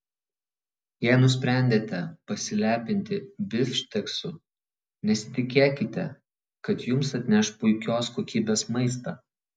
jei nusprendėte pasilepinti bifšteksu nesitikėkite kad jums atneš puikios kokybės maistą